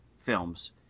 films